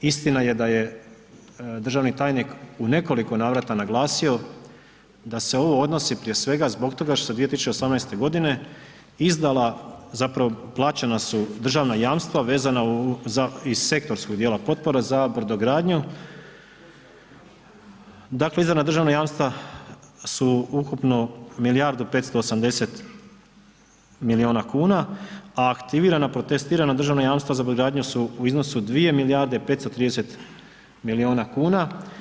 Istina je da je državni tajnik u nekoliko navrata naglasio da se ovo odnosi prije svega zbog toga što se 2018. godine izdala zapravo plaćena su državna jamstva iz sektorskog dijela potpora za brodogradnju, dakle izdana državna jamstva su ukupno milijardu 580 milijuna kuna, a aktivirana protestiranja državna jamstva za brodogradnju su u iznosu 2 milijarde 530 milijuna kuna.